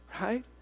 Right